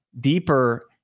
deeper